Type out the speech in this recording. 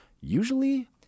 usually